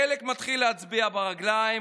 חלק מתחילים להצביע ברגליים,